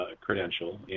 credential